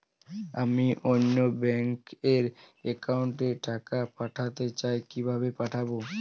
আমি অন্য ব্যাংক র অ্যাকাউন্ট এ টাকা পাঠাতে চাই কিভাবে পাঠাবো?